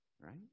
right